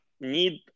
need